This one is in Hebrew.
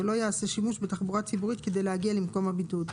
ולא יעשה שימוש בתחבורה ציבורית כדי להגיע למקום הבידוד,